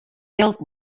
jild